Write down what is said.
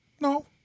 No